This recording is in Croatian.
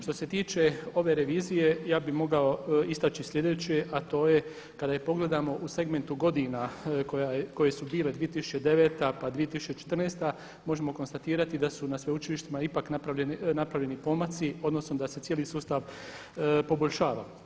Što se tiče ove revizije ja bih mogao istaći sljedeće, a to je kada i pogledamo u segmentu godina koje su bile 2009., pa 2014. možemo konstatirati da su na sveučilištima ipak napravljeni pomaci, odnosno da se cijeli sustav poboljšava.